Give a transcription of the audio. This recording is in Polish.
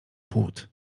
płód